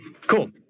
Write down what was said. Cool